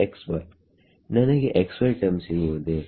ನನಗೆ xy term ಸಿಗುವುದೇ